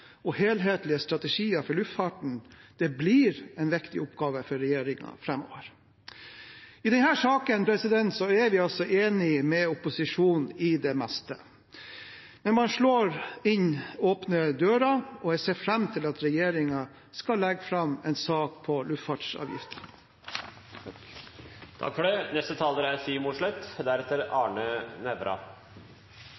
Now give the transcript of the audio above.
og helhetlige strategier for luftfarten blir en viktig oppgave for regjeringen framover. I denne saken er vi altså enig med opposisjonen om det meste, men man slår inn åpne dører, og jeg ser fram til at regjeringen skal legge fram en sak om luftfartsavgiften. Regjeringa har gitt store skattelettelser til de aller rikeste i dette landet. Det må finansieres på